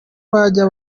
bajya